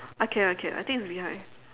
I can I can I think it's behind